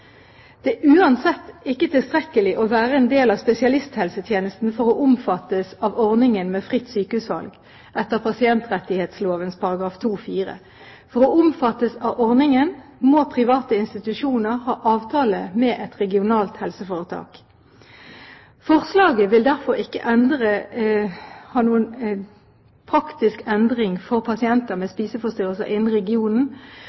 Det er uansett ikke tilstrekkelig å være en del av spesialisthelsetjenesten for å kunne omfattes av ordningen med fritt sykehusvalg etter pasientrettighetsloven § 2-4. For å kunne omfattes av ordningen må private institusjoner ha avtaler med et regionalt helseforetak. Forslaget vil derfor ikke bety noen praktisk endring for pasienter med